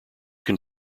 can